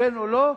כן או לא.